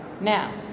Now